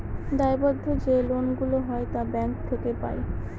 দায়বদ্ধ যে লোন গুলা হয় তা ব্যাঙ্ক থেকে পাই